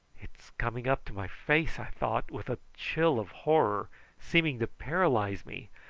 it's coming up to my face, i thought with a chill of horror seeming to paralyse me,